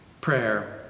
prayer